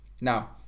Now